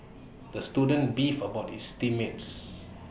the student beefed about his team mates